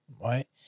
Right